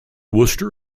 worcester